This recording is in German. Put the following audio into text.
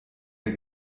der